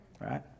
right